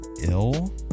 ill